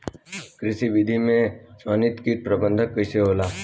कृषि विधि से समन्वित कीट प्रबंधन कइसे होला?